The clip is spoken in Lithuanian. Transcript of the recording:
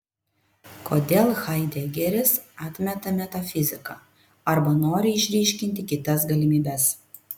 kodėl haidegeris atmeta metafiziką arba nori išryškinti kitas galimybes